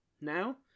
now